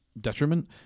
detriment